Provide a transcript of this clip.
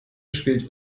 spielt